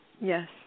Yes